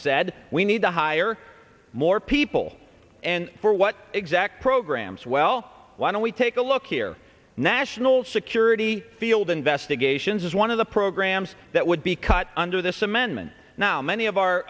said we need to hire more people and for what exact programs well why don't we take a look here national security field investigations is one of the programs that would be cut under this amendment now many of our